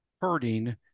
hurting